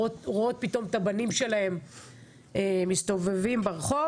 רואות פתאום את הבנים שלהם מסתובבים ברחוב.